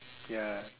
ya